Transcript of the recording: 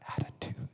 attitude